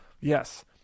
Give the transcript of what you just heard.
Yes